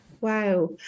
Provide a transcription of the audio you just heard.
Wow